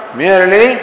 merely